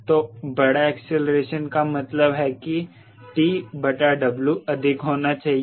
तो बड़ा एक्सीलरेशन का मतलब है कि TW अधिक होना चाहिए